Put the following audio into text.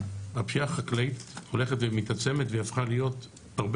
הפשיעה החקלאית הולכת ומתעצמת והיא הפכה להיות הרבה